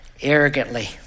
arrogantly